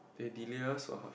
they delay us so half